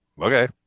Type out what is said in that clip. Okay